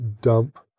dump